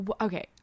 okay